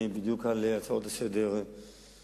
בדיוק על הצעות לסדר-היום,